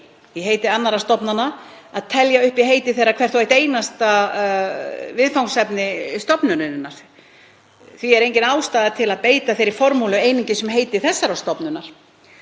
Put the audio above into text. í heiti annarra stofnana að telja upp í heiti þeirra hvert og eitt einasta viðfangsefni stofnunarinnar. Því er engin ástæða til að beita þeirri formúlu einungis um heiti þessarar stofnunar.